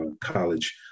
college